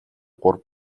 гурван